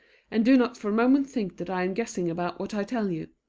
and do not for a moment think that i am guessing about what i tell you.